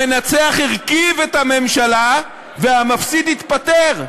באנגליה המנצח הרכיב את הממשלה והמפסיד התפטר.